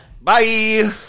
Bye